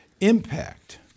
impact